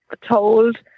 told